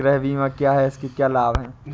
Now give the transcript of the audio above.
गृह बीमा क्या है इसके क्या लाभ हैं?